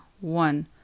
one